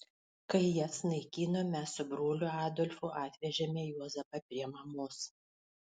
kai jas naikino mes su broliu adolfu atvežėme juozapą prie mamos